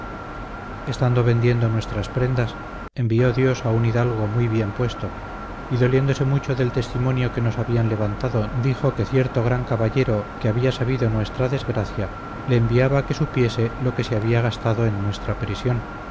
estando vendiendo nuestras prendas envió dios a un hidalgo muy bien puesto y doliéndose mucho del testimonio que nos habían levantado dijo que cierto gran caballero que había sabido nuestra desgracia le enviaba a que supiese lo que se había gastado en nuestra prisión